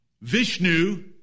Vishnu